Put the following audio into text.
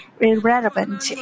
irrelevant